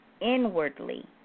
inwardly